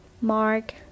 mark